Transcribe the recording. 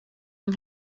yng